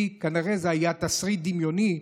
כי כנראה זה היה תסריט דמיוני,